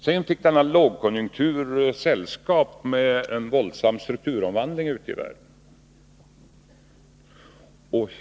Sedan fick denna lågkonjunktur emellertid sällskap av våldsam strukturomvandling ute i världen.